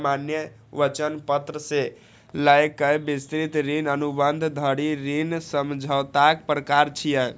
सामान्य वचन पत्र सं लए कए विस्तृत ऋण अनुबंध धरि ऋण समझौताक प्रकार छियै